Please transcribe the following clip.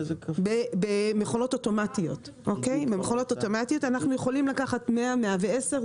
במכונות אוטומטיות אנחנו יכולים לקחת 100, 110,